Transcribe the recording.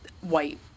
white